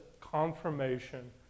confirmation